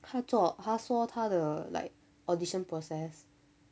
他做他说他的 like audition process